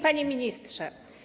Panie Ministrze!